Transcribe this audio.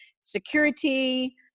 security